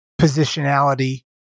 positionality